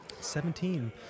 Seventeen